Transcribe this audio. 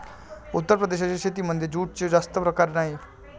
उत्तर प्रदेशाच्या शेतीमध्ये जूटचे जास्त प्रकार नाही